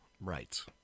Right